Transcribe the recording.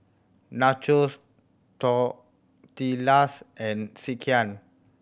Nachos Tortillas and Sekihan